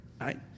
right